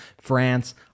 France